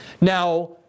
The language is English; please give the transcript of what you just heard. Now